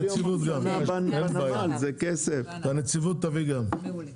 נזמן גם את הנציבות, אין בעיה.